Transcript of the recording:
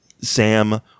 Sam